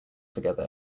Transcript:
together